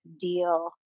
deal